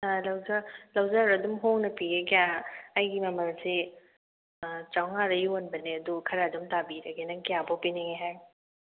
ꯌꯥꯔꯦ ꯂꯧꯖꯔꯣ ꯑꯗꯨꯝ ꯍꯣꯡꯅ ꯄꯤꯒꯦ ꯀꯌꯥ ꯑꯩꯒꯤ ꯃꯃꯜꯁꯦ ꯆꯥꯝꯃꯉꯥꯗ ꯌꯣꯟꯕꯅꯦ ꯑꯗꯣ ꯈꯔ ꯑꯗꯨꯝ ꯇꯥꯕꯤꯔꯒꯦ ꯅꯪ ꯀꯌꯥꯐꯧ ꯄꯤꯅꯤꯡꯉꯦ ꯍꯥꯏꯔꯣ